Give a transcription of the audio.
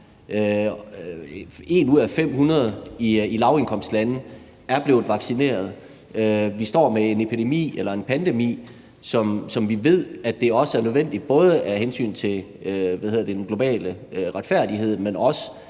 1 ud af 500 i lavindkomstlande er blevet vaccineret. Vi står med en epidemi, eller en pandemi, hvor vi ved, at dét er nødvendigt, både af hensyn til den globale retfærdighed, men også